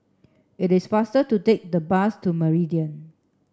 it is faster to take the bus to Meridian